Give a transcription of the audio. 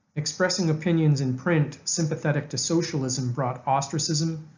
expressing opinions in print sympathetic to socialism brought ostracism,